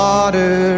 Water